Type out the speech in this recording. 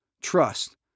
Trust